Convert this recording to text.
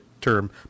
term